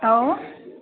औ